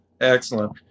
excellent